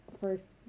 first